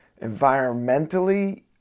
environmentally